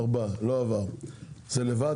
4 נמנעים 3 ההסתייגויות לא התקבלו.